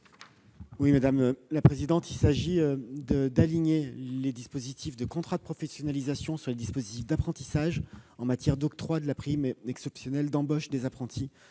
L'amendement vise à aligner les dispositifs des contrats de professionnalisation sur les dispositifs d'apprentissage en matière d'octroi de la prime exceptionnelle d'embauche des apprentis.